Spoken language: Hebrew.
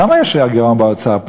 כמה יש גירעון באוצר?